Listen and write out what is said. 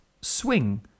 swing